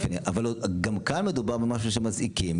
אבל גם כאן מדובר במשהו שמזעיקים,